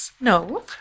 No